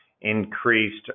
increased